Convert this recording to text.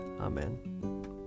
Amen